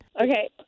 Okay